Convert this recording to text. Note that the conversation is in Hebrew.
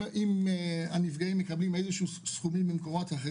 אם יש סיוע ממקום נוסף,